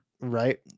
right